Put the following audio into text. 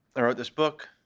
i wrote this book,